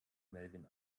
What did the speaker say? melvin